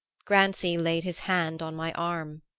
grancy laid his hand on my arm.